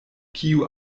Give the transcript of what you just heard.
kiu